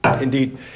Indeed